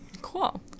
Cool